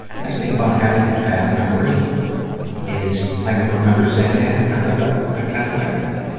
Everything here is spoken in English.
nice thing about having a bad memory is, i don't remember saying that. i'm like, oh. i kind of like that.